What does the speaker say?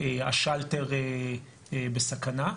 השלטר בסכנה.